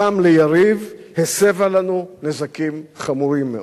ליריב, הסבו לנו נזקים חמורים מאוד.